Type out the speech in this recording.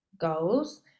goals